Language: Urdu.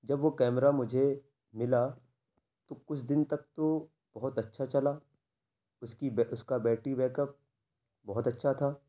جب وہ کیمرہ مجھے ملا تو کچھ دن تک تو بہت اچھا چلا اس کی اس کا بیٹری بیک اپ بہت اچھا تھا